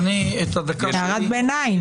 הערת ביניים.